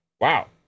Wow